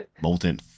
Molten